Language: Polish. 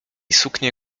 suknię